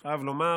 אני חייב לומר,